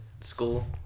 school